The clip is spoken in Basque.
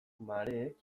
mareek